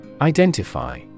Identify